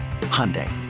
Hyundai